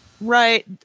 Right